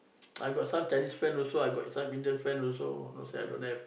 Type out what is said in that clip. I got some Chinese friends also I got some Indian friends also don't say I don't have